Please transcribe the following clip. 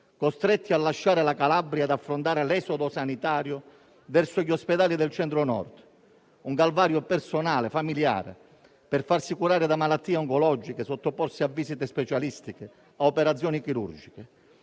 costretti a lasciare la Calabria ed affrontare l'esodo sanitario verso gli ospedali del Centro-Nord, un calvario personale e familiare, per farsi curare da malattie oncologiche, sottoporsi a visite specialistiche e operazioni chirurgiche.